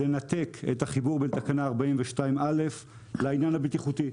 לנתק את החיבור בין תקנה 42א לעניין הבטיחותי.